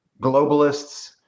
globalists